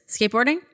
Skateboarding